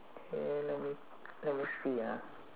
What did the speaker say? K let me let me see ah